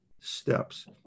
steps